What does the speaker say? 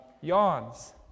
Yawns